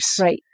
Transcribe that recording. Right